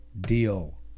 deal